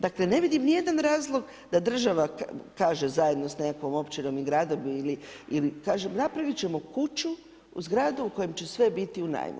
Dakle, ne vidim ni jedan razlog da država kaže zajedno s nekakvom općinom i gradom ili kažem, napravit ćemo kuću, zgradu u kojem će sve u najmu.